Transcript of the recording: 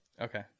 okay